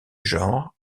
genre